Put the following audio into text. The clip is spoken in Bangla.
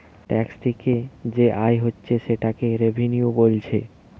ট্যাক্স থিকে যে আয় হচ্ছে সেটাকে রেভিনিউ বোলছে